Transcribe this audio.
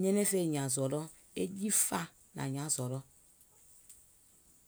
Nɛɛnɛŋ fè hìàŋ zɔlɔ̀, e jii fàa nàŋ hiàŋ zɔlɔ̀.